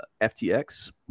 FTX